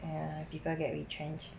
and people get retrenched